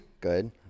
Good